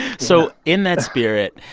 so in that spirit,